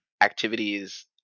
activities